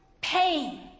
pain